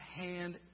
hand